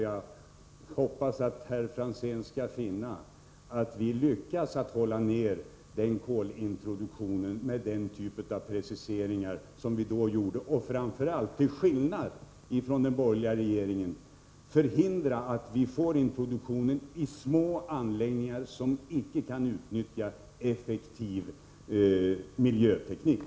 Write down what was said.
Jag hoppas att herr Franzén skall finna att vi lyckats hålla nere kolintroduktionen med hjälp av den typ av preciseringar som vi då gjorde. Framför allt vill vi, till skillnad från den borgerliga regeringen, förhindra att vi får introduktionen i små anläggningar, som icke kan utnyttja effektiv miljöteknik.